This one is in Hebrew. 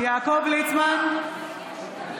אי-אפשר לנהל ככה הצבעה.